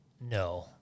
no